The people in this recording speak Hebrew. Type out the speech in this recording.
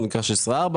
הוא נקרא 16/4,